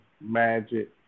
Magic